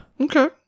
Okay